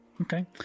okay